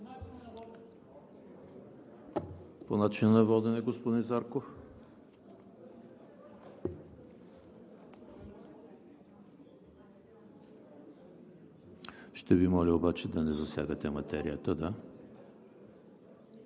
По начина на водене – господин Зарков. Ще Ви моля обаче да не засягате материята.